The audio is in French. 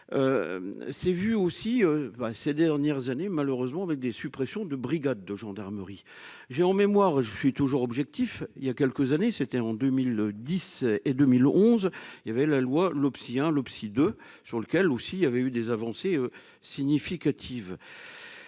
s'est vu aussi bah c'est des dernières années, malheureusement, avec des suppressions de brigades de gendarmerie, j'ai en mémoire, je suis toujours objectif il y a quelques années, c'était en 2010 et 2011 il y avait la loi Loppsi 1 Loppsi 2 sur lequel aussi il y avait eu des avancées significatives